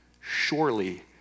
surely